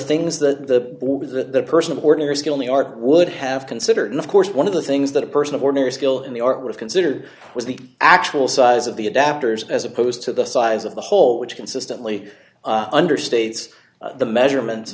things the were the person of ordinary skill the art would have considered and of course one of the things that a person of ordinary skill in the art was considered was the actual size of the adapters as opposed to the size of the hole which consistently understates the measurements